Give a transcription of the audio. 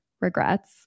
regrets